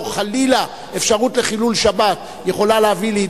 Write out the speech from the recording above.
או חלילה אפשרות לחילול שבת יכולה להביא לידי